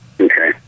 Okay